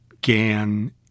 Gan